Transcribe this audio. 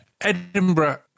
Edinburgh